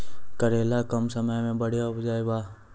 करेला कम समय मे बढ़िया उपजाई बा?